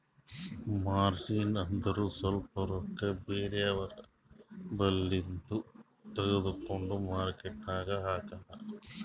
margin ಅಂದುರ್ ಸ್ವಲ್ಪ ರೊಕ್ಕಾ ಬೇರೆ ಅವ್ರ ಬಲ್ಲಿಂದು ತಗೊಂಡ್ ಮಾರ್ಕೇಟ್ ನಾಗ್ ಹಾಕದ್